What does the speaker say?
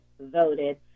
voted